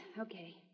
Okay